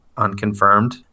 unconfirmed